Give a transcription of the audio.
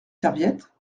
serviettes